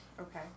Okay